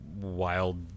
wild